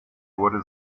wurde